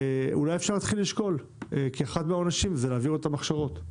אולי אפשר להתחיל לשקול שאחד העונשים יהיה להעביר אותם הכשרות,